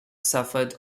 suffered